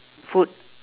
food